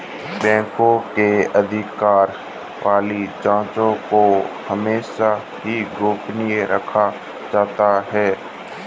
बैंकों के अधिकार वाली जांचों को हमेशा ही गोपनीय रखा जाता है